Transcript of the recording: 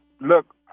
Look